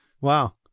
Wow